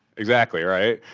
exactly, right?